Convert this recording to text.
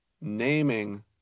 naming